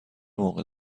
موقع